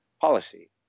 policy